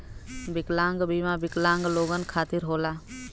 विकलांग बीमा विकलांग लोगन खतिर होला